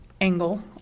angle